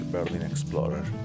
Berlinexplorer